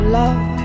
love